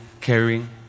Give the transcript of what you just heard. caring